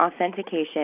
authentication